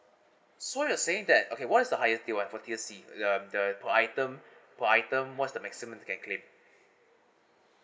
so you're saying that okay what is the higher tier one for tier C um the for item for item what's the maximum you can claim